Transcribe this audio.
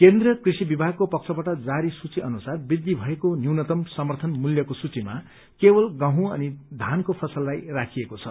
केन्द्रीय कृषि विभागको पक्षबाट जारी सूची अनुसार वृद्धि भएको न्यूनतम समर्थन मूल्यको सूचीमा केवल गहूँ अनि धानको फसललाई राखिएको छ